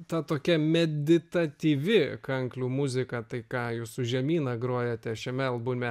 ta tokia meditatyvi kanklių muzika tai ką jūs su žemyna grojate šiame albume